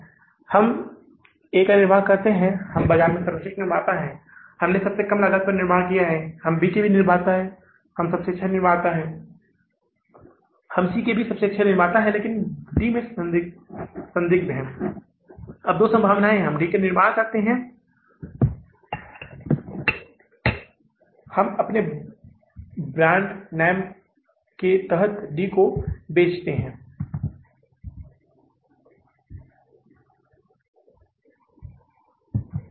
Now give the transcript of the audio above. अब हमारे पास एक 216000 डॉलर का अधिशेष है हमें यहां एक और परीक्षण और त्रुटि विधि का उपयोग करना है और परीक्षण और त्रुटि विधि की सहायता से हमें यह पता लगाना होगा कि दो सबसे अच्छे आंकड़े क्या हो सकते हैं दो अच्छे आंकड़े क्या हो सकते हैं जो मतलब कि पूरी तरह से इस अतिरिक्त अधिशेष को मूल भुगतान और ब्याज भुगतान में विभाजित कर सके और इस परीक्षण और त्रुटि के बाद हमें पता चला है कि यदि आप 216000 डॉलर में से कितने महीनों के लिए इस राशि पर यदि 212000 डॉलर मूल राशि का भुगतान करते हैं